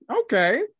Okay